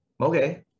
okay